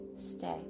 Stay